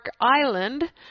Island